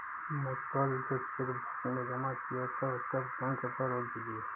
मैं कल जो चेक बैंक में जमा किया था उसका भुगतान कृपया रोक दीजिए